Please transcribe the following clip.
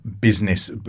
business